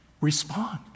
respond